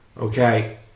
Okay